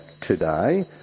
today